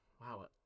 Wow